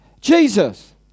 Jesus